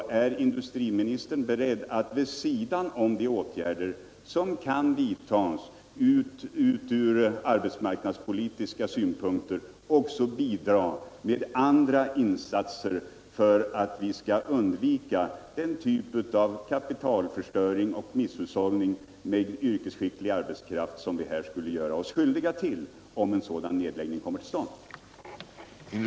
Är industriministern beredd att vid sidan om de åtgärder som kan vidtas ur arbetsmarknadspolitiska synpunkter också bidra med andra insatser för att vi skall undvika den typ av kapitalförstöring och misshushållning med yrkesskicklig arbetskraft som vi här skulle göra oss skyldiga till om nedläggningen kommer till stånd?